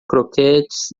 croquetes